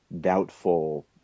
doubtful